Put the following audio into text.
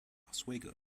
oswego